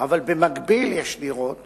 אבל במקביל יש לראות